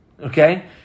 okay